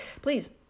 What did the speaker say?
please